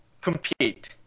compete